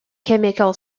chemical